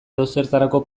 edozertarako